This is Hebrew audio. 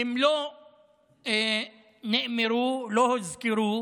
הם לא נאמרו, לא הוזכרו,